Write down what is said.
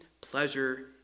pleasure